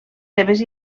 seves